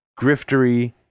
griftery